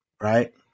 Right